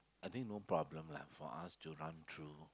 I think no problem lah for us to run through